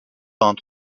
pendant